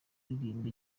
uririmba